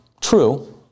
true